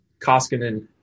Koskinen